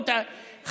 הוא אמר: תישארו,